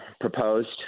proposed